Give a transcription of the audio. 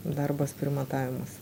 darbas primatavimas